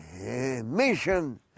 mission